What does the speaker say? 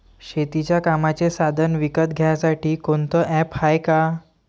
शेतीच्या कामाचे साधनं विकत घ्यासाठी कोनतं ॲप हाये का?